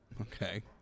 Okay